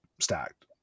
stacked